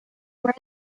where